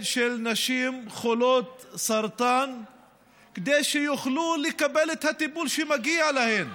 של נשים חולות סרטן כדי שיוכלו לקבל את הטיפול שמגיע להן?